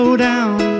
down